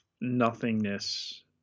nothingness